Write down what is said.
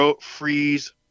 freeze